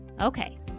Okay